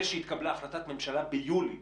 זה שהתקבלה החלטת ממשלה ביולי,